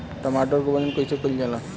टमाटर क वजन कईसे कईल जाला?